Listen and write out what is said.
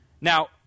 Now